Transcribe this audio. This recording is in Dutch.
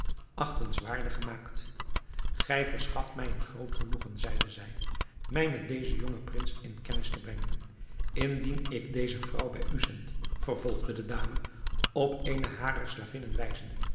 achtenswaardig gemaakt gij verschaft mij een groot genoegen zeide zij mij met dezen jongen prins in kennis te brengen indien ik deze vrouw bij u zend vervolgde de dame op eene harer slavinnen